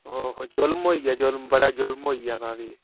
ओह् हो जुलम होई गेआ जुलम बड़ा जुलम होई गेआ तां फ्ही